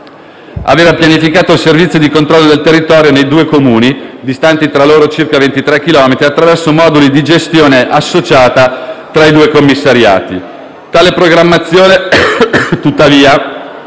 aveva pianificato il servizio di controllo del territorio nei due Comuni, distanti tra loro circa 023 chilometri, attraverso moduli di gestione associata tra i due commissariati. Tale programmazione, tuttavia,